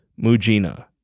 Mujina